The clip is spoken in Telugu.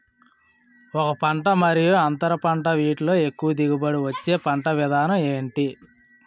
ఒక పంట మరియు అంతర పంట వీటిలో ఎక్కువ దిగుబడి ఇచ్చే పంట విధానం ఏంటి?